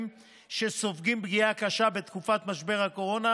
שסופגים פגיעה קשה בתקופת משבר הקורונה,